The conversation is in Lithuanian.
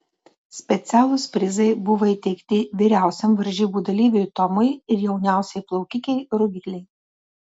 specialūs prizai buvo įteikti vyriausiam varžybų dalyviui tomui ir jauniausiai plaukikei rugilei